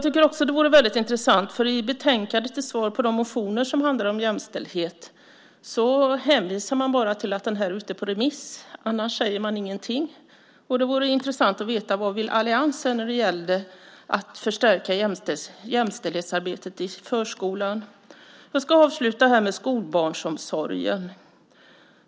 Med anledning av de motioner som handlar om jämställdhet hänvisar man i betänkandet bara till att delegationens slutbetänkande är ute på remiss. Det vore intressant att veta vad alliansen vill i fråga om att förstärka jämställdhetsarbetet i förskolan. Jag ska slutligen ta upp skolbarnsomsorgen.